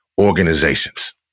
organizations